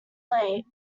late